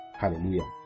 Hallelujah